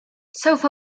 سوف